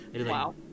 Wow